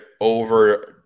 over